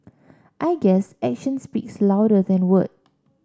I guess actions speaks louder than word